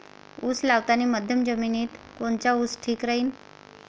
उस लावतानी मध्यम जमिनीत कोनचा ऊस ठीक राहीन?